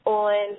on